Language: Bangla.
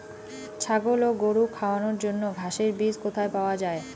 ছাগল ও গরু খাওয়ানোর জন্য ঘাসের বীজ কোথায় পাওয়া যায়?